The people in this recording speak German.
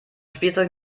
spielzeug